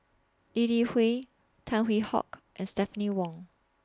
Lee Li Hui Tan Hwee Hock and Stephanie Wong